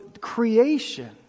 creation